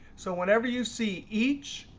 so whenever you see each,